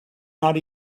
not